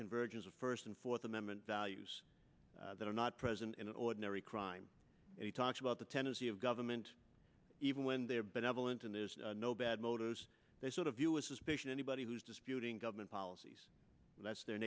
convergence of first and fourth amendment values that are not present in ordinary crime and he talks about the tendency of government even when they have benevolent and there's no bad motives there's sort of you a suspicion anybody who's disputing government policies and that's their